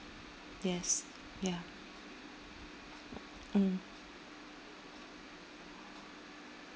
yes ya mm